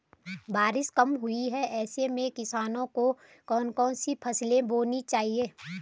बारिश कम हुई है ऐसे में किसानों को कौन कौन सी फसलें बोनी चाहिए?